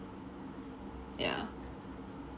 yeah